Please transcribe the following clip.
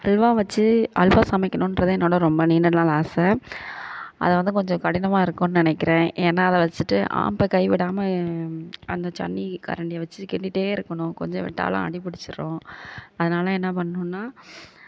அல்வா வச்சி அல்வா சமைக்கணுன்றது என்னோட ரொம்ப நீண்ட நாள் ஆசை அதை வந்து கொஞ்சம் கடினமாக இருக்குதுன்னு நினக்கிறேன் ஏன்னா அதை வச்சிட்டு ஆப்பக் கை விடாமல் அந்த ஜன்னி கரண்டியே வச்சு கிண்டிகிட்டே இருக்கணும் கொஞ்சம் விட்டாலும் அடிப்புடிச்சிடும் அதனால் என்ன பண்ணணுன்னா